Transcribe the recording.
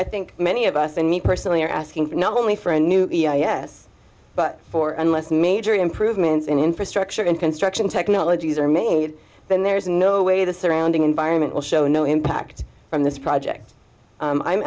i think many of us and me personally are asking for not only for a new yes but for unless major improvements in infrastructure and construction technologies are made then there is no way the surrounding environment will show no impact from this project i'm